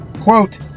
Quote